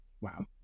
Wow